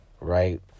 right